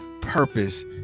purpose